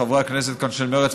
חברי הכנסת של מרצ,